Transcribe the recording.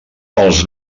els